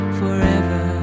forever